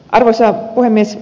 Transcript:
arvoisa puhemies